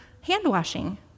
Hand-washing